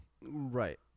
right